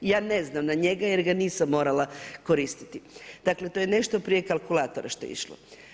Ja ne znam na njega jer ga nisam morala koristiti, dakle to je nešto prije kalkulatora što je išlo.